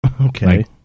Okay